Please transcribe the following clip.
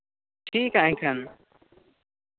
ᱴᱷᱤᱠᱼᱟ ᱮᱱᱠᱷᱟᱱ